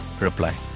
reply